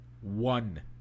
One